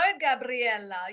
Gabriella